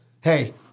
hey